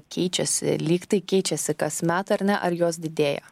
keičiasi lygtai keičiasi kasmet ar ne ar jos didėja